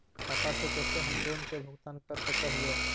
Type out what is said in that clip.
खाता से कैसे हम लोन के भुगतान कर सक हिय?